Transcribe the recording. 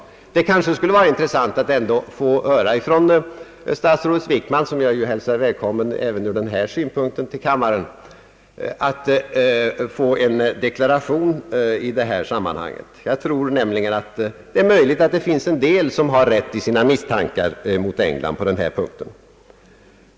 I alla fall skulle det vara intressant att i detta sammanhang få höra en deklaration från statsrådet Wickman, som jag även i den här egenskapen hälsar välkommen till kammaren. Jag tror nämligen att man i viss mån kan ha rätt i sina misstankar mot England på den här punkten.